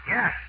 Yes